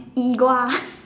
E